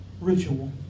ritual